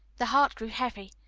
the heart grew heavy.